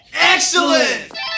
Excellent